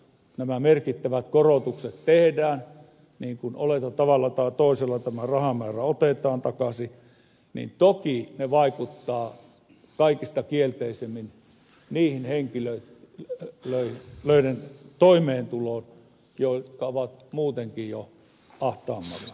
tässä on lueteltu tehdään niin kuin oletan tavalla tai toisella tämä rahamäärä otetaan takaisin ne toki vaikuttavat kaikista kielteisimmin niiden henkilöiden toimeentuloon jotka ovat muutenkin jo ahtaammalla